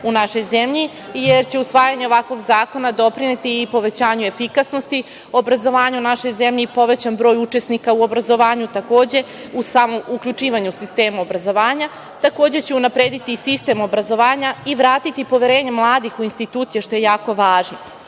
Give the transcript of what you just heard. u našoj zemlji, jer će usvajanje ovakvog zakona doprineti i povećanju efikasnosti obrazovanja u našoj zemlji i povećan broj učesnika u obrazovanju, takođe u samo uključivanje sistema obrazovanja. Takođe će unaprediti sistem obrazovanja i vratiti poverenje mladih u institucije, što je jako